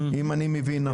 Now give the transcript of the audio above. אם אני מבין נכון.